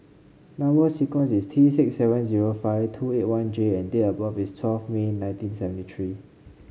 number sequence is T six seven zero five two eight one J and date of birth is twelve May nineteen seventy three